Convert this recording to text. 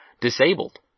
disabled